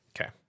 Okay